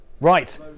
Right